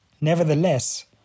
Nevertheless